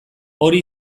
hori